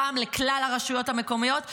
הפעם לכלל הרשויות המקומיות,